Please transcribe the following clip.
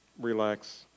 relax